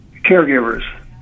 caregivers